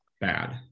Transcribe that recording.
bad